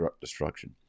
destruction